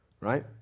right